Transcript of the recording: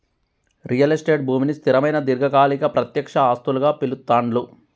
real estate భూమిని స్థిరమైన దీర్ఘకాలిక ప్రత్యక్ష ఆస్తులుగా పిలుత్తాండ్లు